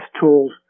tools